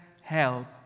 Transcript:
help